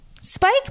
Spike